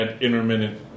intermittent